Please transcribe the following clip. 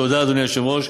תודה, אדוני היושב-ראש.